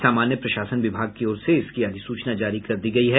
सामान्य प्रशासन विभाग की ओर से इसकी अधिसूचना जारी कर दी गई है